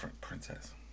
princess